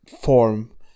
form